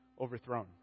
overthrown